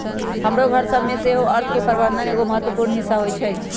हमरो घर सभ में सेहो अर्थ के प्रबंधन एगो महत्वपूर्ण हिस्सा होइ छइ